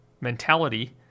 mentality